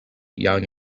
young